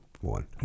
one